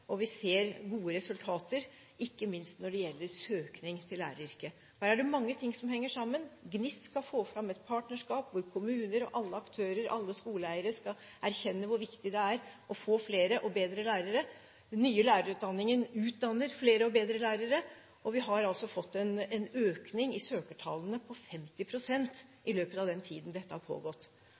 og vi ser gode resultater, ikke minst når det gjelder søkning til læreryrket. Her er det mange ting som henger sammen: GNIST skal få fram et partnerskap hvor kommuner og alle aktører, alle skoleeiere, skal erkjenne hvor viktig det er å få flere og bedre lærere. Den nye lærerutdanningen utdanner flere og bedre lærere, og vi har altså fått en økning i søkertallene på 50 pst. i løpet av den tiden dette har pågått.